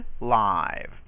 live